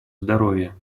здоровье